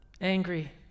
Angry